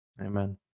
Amen